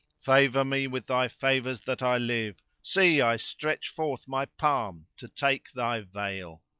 favour me with thy favours that i live see, i stretch forth my palm to take thy vail!